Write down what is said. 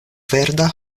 verda